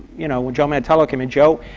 you know, when joe mantello came in, joe,